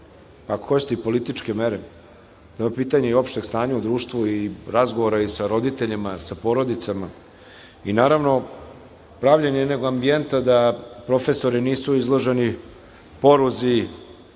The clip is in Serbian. ako hoćete i političke mere, to je pitanje opšteg stanja u društvu i razgovora i sa roditeljima, sa porodicama i pravljenje jednog ambijenta da profesori nisu izloženi poruzi,